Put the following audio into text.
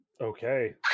okay